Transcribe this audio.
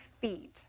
feet